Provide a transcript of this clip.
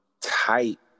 tight